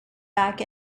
back